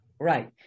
Right